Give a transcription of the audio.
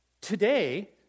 Today